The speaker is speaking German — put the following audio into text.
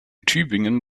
tübingen